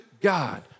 God